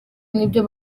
n’ibyo